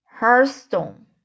Hearthstone